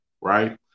right